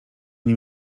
nie